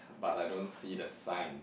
but I don't see the sign